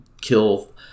kill